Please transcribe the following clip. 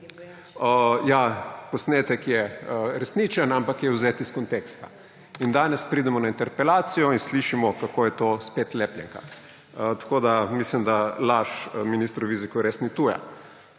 ja, posnetek je resničen, ampak je vzet iz konteksta. In danes pridemo na interpelacijo in slišimo, kako je to spet lepljenka. Mislim, da laž ministru Vizjaki res ni tuja.